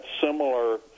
similar